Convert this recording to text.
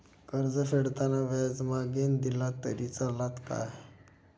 कर्ज फेडताना व्याज मगेन दिला तरी चलात मा?